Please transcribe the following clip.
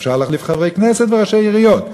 אפשר להחליף חברי כנסת וראשי עיריות,